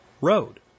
road